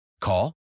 Call